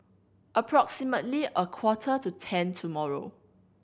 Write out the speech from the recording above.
approximately a quarter to ten tomorrow